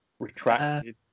retracted